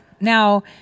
Now